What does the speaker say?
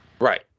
right